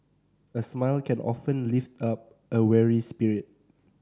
the smile can often lift up a weary spirit